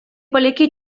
poliki